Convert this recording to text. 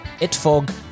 itfog